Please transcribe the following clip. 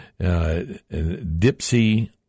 Dipsy